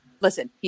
Listen